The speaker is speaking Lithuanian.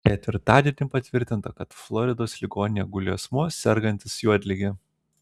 ketvirtadienį patvirtinta kad floridos ligoninėje guli asmuo sergantis juodlige